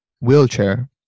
wheelchair